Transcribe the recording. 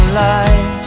light